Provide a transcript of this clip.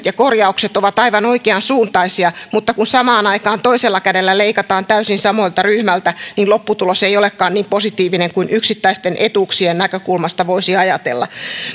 ja korjaukset ovat aivan oikeansuuntaisia mutta kun samaan aikaan toisella kädellä leikataan täysin samalta ryhmältä lopputulos ei olekaan niin positiivinen kuin yksittäisten etuuksien näkökulmasta voisi ajatella